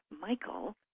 Michael